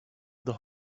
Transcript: the